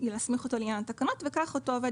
להסמיך אותו לעניין התקנות וכך אותו עובד